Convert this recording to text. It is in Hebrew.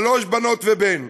שלוש בנות ובן.